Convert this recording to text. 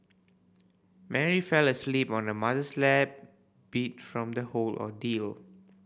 Mary fell asleep on her mother's lap beat from the whole ordeal